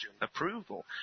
approval